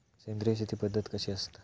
सेंद्रिय शेती पद्धत कशी असता?